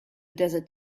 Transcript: desert